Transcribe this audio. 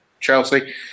Chelsea